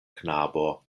knabo